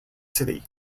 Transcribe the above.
city